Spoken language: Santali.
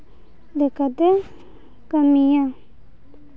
ᱞᱮᱠᱟᱛᱮ ᱠᱟᱹᱢᱤᱭᱟᱭ